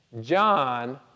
John